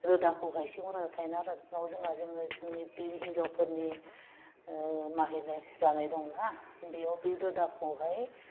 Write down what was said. रोदाखौहाय सिङाव रोदा थायोना आरो बेयाव जोंहा जोंनो जोंनि बे हिन्जावफोरनि माहिले जानाय दं ना बेयाव बे रोदाखौहाय